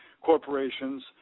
corporations